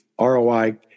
roi